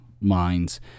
minds